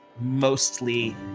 mostly